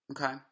Okay